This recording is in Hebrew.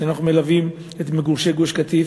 שאנחנו מלווים את מגורשי גוש-קטיף.